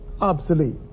obsolete